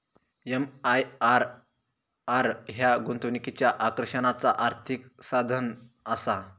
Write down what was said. MIRR ह्या गुंतवणुकीच्या आकर्षणाचा आर्थिक साधनआसा